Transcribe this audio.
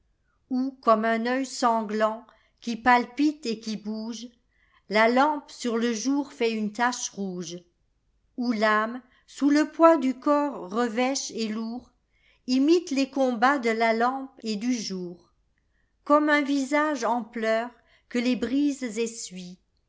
où comme un œil sanglant qui palpite et qui bouge la lampe sur le jour fait une tache rouge où l'âme sous le poids du corps revêche et lourd imite les combats de la lampe et du jour comme un visage en pleurs que les brises essuient